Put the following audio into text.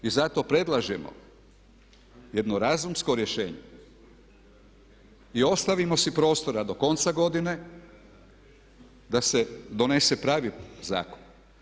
I zato predlažemo jedno razumskog rješenje i ostavimo si prostora do konca godine da se donese pravi zakon.